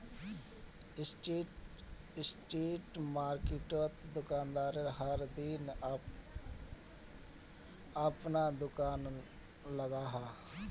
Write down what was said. street मार्किटोत दुकानदार हर दिन अपना दूकान लगाहा